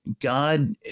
God